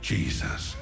Jesus